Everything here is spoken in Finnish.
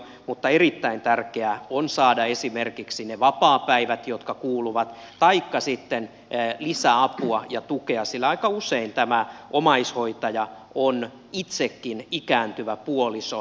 mutta erittäin tärkeää on saada esimerkiksi ne vapaapäivät jotka kuuluvat taikka sitten lisäapua ja tukea sillä aika usein tämä omaishoitaja on itsekin ikääntyvä puoliso